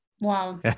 Wow